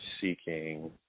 seeking